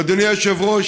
ואדוני היושב-ראש,